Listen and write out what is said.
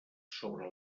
sobre